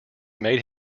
made